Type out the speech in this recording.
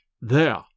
There